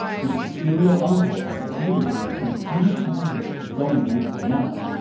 the imperial uncle has agreed to return three counties to dongwu for now.